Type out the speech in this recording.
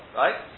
right